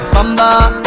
Samba